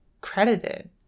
credited